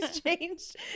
changed